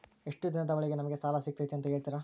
ಎಷ್ಟು ದಿನದ ಒಳಗೆ ನಮಗೆ ಸಾಲ ಸಿಗ್ತೈತೆ ಅಂತ ಹೇಳ್ತೇರಾ?